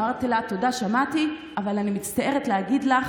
אמרתי לה: תודה, שמעתי, אבל אני מצטערת להגיד לך,